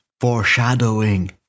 Foreshadowing